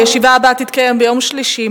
הישיבה הבאה תתקיים ביום שלישי,